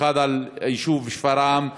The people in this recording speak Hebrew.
אחד על היישוב שפרעם,